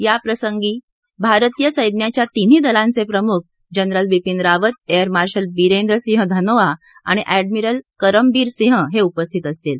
या प्रसंगी भारतीय सैन्याच्या तिन्ही दलांचे प्रमुख General Bipin Rawat Air Marshal Birender Singh Dhanoa आणि अँडमिरल करमबीर सिंह हे उपस्थित असतील